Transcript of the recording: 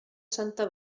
santa